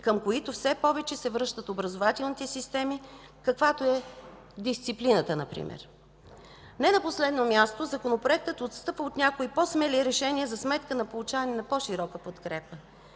към които все повече се връщат образователните системи, каквато е дисциплината например. Не на последно място, Законопроектът отстъпва от някои по-смели решения за сметка на получаване на по-широка подкрепа.